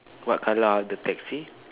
what colour are the taxi